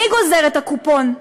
מי גוזר את הקופון?